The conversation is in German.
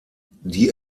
die